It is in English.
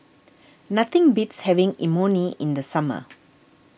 nothing beats having Imoni in the summer